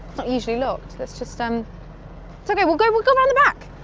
not usually locked. let's just um. it's okay, we'll go we'll go around the back!